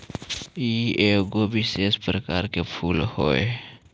ई एगो विशेष प्रकार के फूल हई